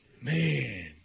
Man